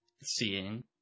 seeing